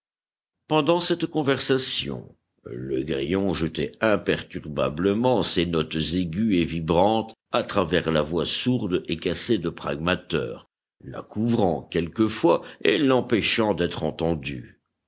pendant cette conversation le grillon jetait imperturbablement ses notes aiguës et vibrantes à travers la voix sourde et cassée de pragmater la couvrant quelquefois et l'empêchant d'être entendue